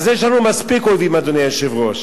יש לנו מספיק אויבים, אדוני היושב-ראש.